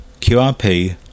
QRP